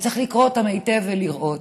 וצריך לקרוא אותם היטב ולראות.